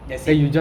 that's it